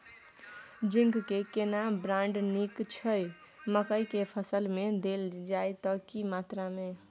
Zinc के केना brand नीक छैय मकई के फसल में देल जाए त की मात्रा में?